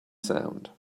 sound